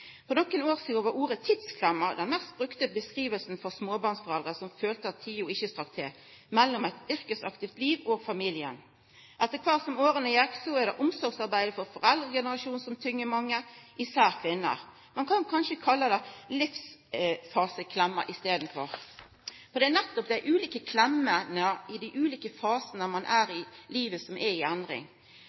år sidan var ordet «tidsklemma» den mest brukte beskrivinga for småbarnsforeldre som følte at tida til eit yrkesaktivt liv og familien ikkje strakk til. Etter kvart som åra går, er det omsorgsarbeid for foreldregenerasjonen som tyngjer mange, især kvinner. Ein kan kanskje kalla det livsfaseklemma i staden, for det er nettopp dei ulike «klemmene» i dei ulike fasane ein er i i livet, som er i